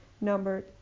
number